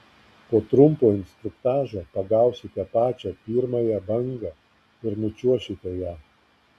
po trumpo instruktažo pagausite pačią pirmąją bangą ir nučiuošite ja